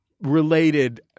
related